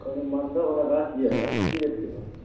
कहलहुॅं मालदह बला गाछ जे है की रेटके है